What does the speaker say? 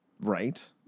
right